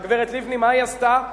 והגברת לבני, מה היא עשתה?